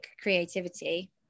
creativity